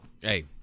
Hey